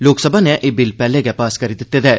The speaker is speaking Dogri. लोकसभा नै एह् बिल पैह्ले गै पास करी दित्ते दा ऐ